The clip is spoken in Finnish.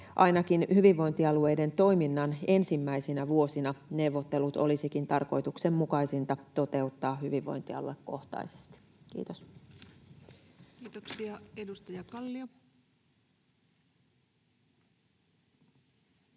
ainakaan hyvinvointialueiden toiminnan ensimmäisinä vuosina. Neuvottelut olisikin tarkoituksenmukaisinta toteuttaa hyvinvointialuekohtaisesti. — Kiitos. [Speech 28]